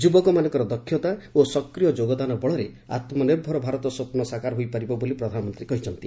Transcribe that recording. ଯୁବକମାନଙ୍କର ଦକ୍ଷତା ଓ ସକ୍ରିୟ ଯୋଗଦାନ ବଳରେ ଆମ୍ନିର୍ଭର ଭାରତ ସ୍ୱପ୍ପ ସାକାର ହୋଇପାରିବ ବୋଲି ପ୍ରଧାନମନ୍ତୀ କହିଛନ୍ତି